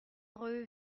rue